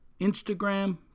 Instagram